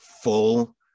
Full